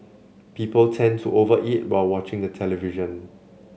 people tend to over eat while watching the television